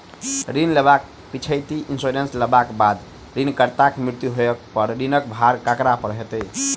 ऋण लेबाक पिछैती इन्सुरेंस लेबाक बाद ऋणकर्ताक मृत्यु होबय पर ऋणक भार ककरा पर होइत?